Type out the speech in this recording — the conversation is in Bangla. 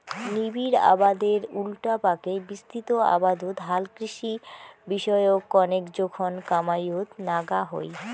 নিবিড় আবাদের উল্টাপাকে বিস্তৃত আবাদত হালকৃষি বিষয়ক কণেক জোখন কামাইয়ত নাগা হই